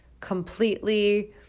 completely